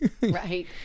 Right